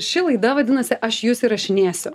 ši laida vadinasi aš jus įrašinėsiu